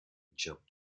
jump